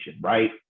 right